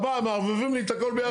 הבנק, מערבבים לי הכל ביחד.